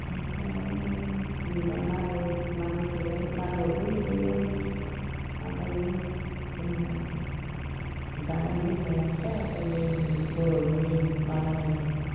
ओमफाय आरो नै दा मागो मागो फैबाय मागोआवबो बिदिनो माबायो जोंहा जानाय लोंनायानोसै आरो जों बर'नि माबायालाय